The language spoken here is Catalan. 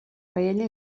paella